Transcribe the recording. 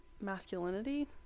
masculinity